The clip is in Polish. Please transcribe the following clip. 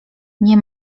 nie